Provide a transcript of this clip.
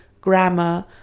grammar